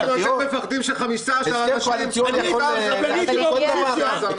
--- מפחדים ש-15 אנשים --- אני הייתי באופוזיציה,